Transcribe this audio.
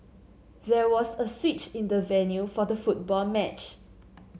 there was a switch in the venue for the football match